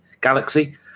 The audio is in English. galaxy